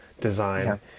design